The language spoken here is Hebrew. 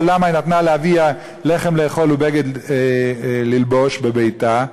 למה היא נתנה לאביה לחם לאכול ובגד ללבוש בביתה,